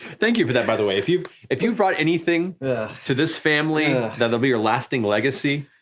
thank you for that, by the way. if you if you brought anything to this family that will be your lasting legacy,